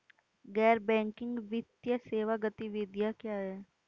गैर बैंकिंग वित्तीय सेवा गतिविधियाँ क्या हैं?